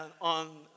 on